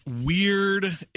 Weird